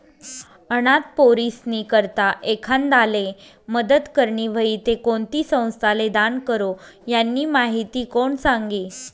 अनाथ पोरीस्नी करता एखांदाले मदत करनी व्हयी ते कोणती संस्थाले दान करो, यानी माहिती कोण सांगी